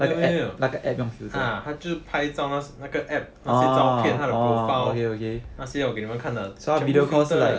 没有没有 ah 她就拍照那个 app 她的照片她的 profile 那些我给你们看的全部是